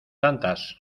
tantas